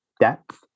depth